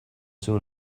soon